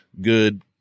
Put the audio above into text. good